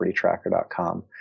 PropertyTracker.com